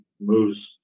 moves